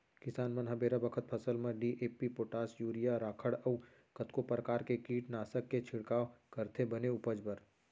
किसान मन ह बेरा बखत फसल म डी.ए.पी, पोटास, यूरिया, राखड़ अउ कतको परकार के कीटनासक के छिड़काव करथे बने उपज बर